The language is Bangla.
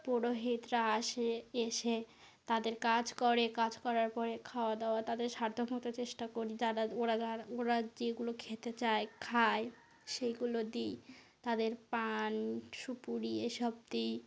পুরোহিতরা আসে এসে তাদের কাজ করে কাজ করার পরে খাওয়া দাওয়া তাদের সাধ্য মতো চেষ্টা করি যারা ওরা যারা ওরা যেগুলো খেতে চায় খায় সেগুলো দিই তাদের পান সুপুরি এসব দিই